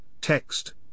text